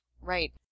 Right